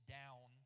down